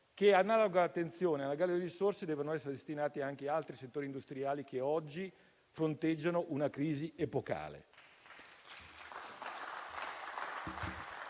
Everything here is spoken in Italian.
che analoga attenzione e analoghe risorse devono essere destinate anche ad altri settori industriali, che oggi fronteggiano una crisi epocale.